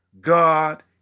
God